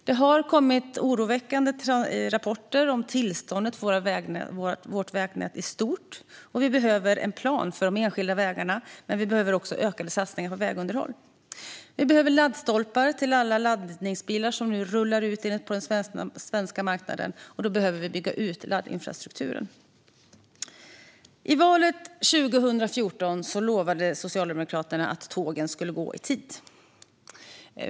Det har kommit oroväckande rapporter om tillståndet i vårt vägnät i stort, och vi behöver en plan för de enskilda vägarna. Vi behöver också ökade satsningar på vägunderhåll. Vi behöver laddstolpar till alla laddbara bilar som nu rullar ut på den svenska marknaden, och då behöver vi bygga ut laddinfrastrukturen. I valet 2014 lovade Socialdemokraterna att tågen skulle gå i tid.